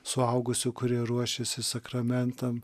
suaugusių kurie ruošiasi sakramentam